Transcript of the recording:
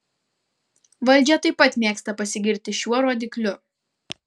valdžia taip pat mėgsta pasigirti šiuo rodikliu